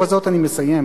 ובזאת אני מסיים,